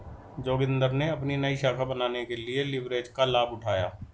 जोगिंदर ने अपनी नई शाखा बनाने के लिए लिवरेज का लाभ उठाया